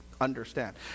understand